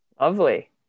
Lovely